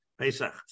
Pesach